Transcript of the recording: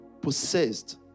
possessed